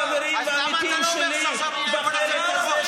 מחבר הכנסת טיבי וחבריו.